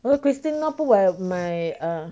no christine 那不管 of my uh